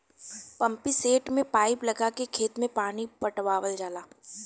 pumpset में pipe लगा के खेत में पानी पटावल जाला